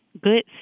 good